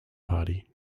party